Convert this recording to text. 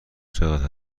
چقدر